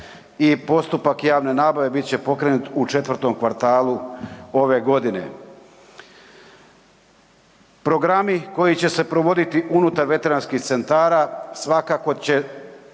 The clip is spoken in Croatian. postupak javne nabave bit će pokrenut u četvrtom kvartalu ove godine. Programi koji će se provoditi unutar veteranskih centara svakako će